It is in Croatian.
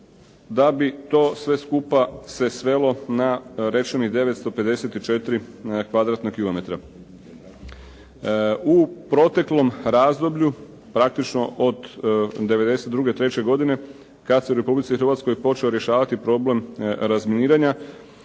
da bi to sve skupa se svelo na rečenih 954 kvadratna kilometra. U proteklom razdoblju, praktično od '92., '93. godine kad se u Republici Hrvatskoj počeo rješavati problem razminiranja,